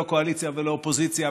לא קואליציה ולא אופוזיציה,